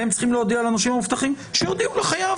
הם צריכים להודיע לנושים המובטחים שיודיעו לחייב.